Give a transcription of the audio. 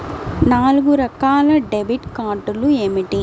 నాలుగు రకాల డెబిట్ కార్డులు ఏమిటి?